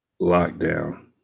Lockdown